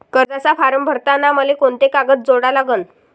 कर्जाचा फारम भरताना मले कोंते कागद जोडा लागन?